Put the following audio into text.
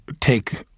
take